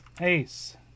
Ace